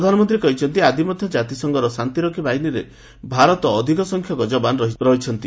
ପ୍ରଧାନମନ୍ତ୍ରୀ କହିଛନ୍ତି ଆଜି ମଧ୍ୟ ଜାତିସଂଘର ଶାନ୍ତିରକ୍ଷୀ ବାହିନୀରେ ଭାରତର ଅଧିକ ସଂଖ୍ୟକ ଯବାନ ରହିଛନ୍ତି